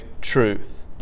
truth